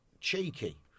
cheeky